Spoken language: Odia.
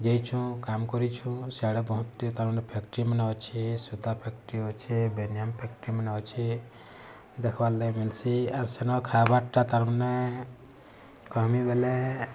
ଯେଇଛୁଁ କାମ୍ କରିଛୁଁ ସିଆଡ଼େ ବହୁତ୍ ଟି ତାମାନେ ଫେକ୍ଟ୍ରି ମାନେ ଅଛେ ସୂତା ଫେକ୍ଟ୍ରି ଅଛେ ବେନିୟନ୍ ଫେକ୍ଟ୍ରି ମାନେ ଅଛେ ଦେଖବାର୍ ଲାଗି ମିଲ୍ସି ଆର୍ ସେନ ଖାଇବାର୍ ଟା ତାର୍ ମାନେ କହିମି ବେଲେ